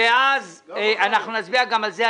ואז נצביע גם על זה.